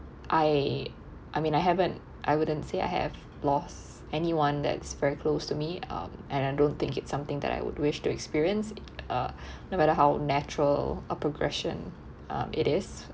I I mean I haven't I wouldn't say I have loss anyone that is very close to me um and I don't think it's something that I would wish to experience uh no matter how natural a progression um it is